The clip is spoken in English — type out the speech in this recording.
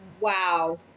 wow